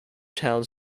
towns